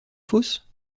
fosse